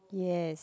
yes